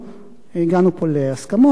הגענו פה להסכמות ולפשרות.